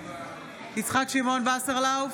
יצחק שמעון וסרלאוף,